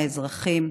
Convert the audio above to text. האזרחים,